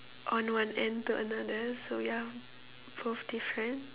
on one end to another so ya both different